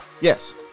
Yes